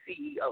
CEO